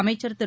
அமைச்சர் திரு